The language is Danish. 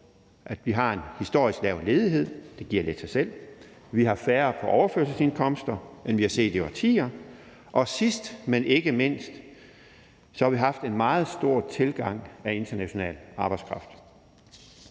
at vi har en historisk lav ledighed – det giver lidt sig selv; vi har færre på overførselsindkomster, end vi har set i årtier, og sidst, men ikke mindst, har vi haft en meget stor tilgang af international arbejdskraft.